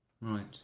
Right